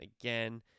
again